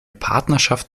partnerschaft